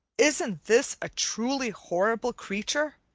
isn't this a truly horrible creature?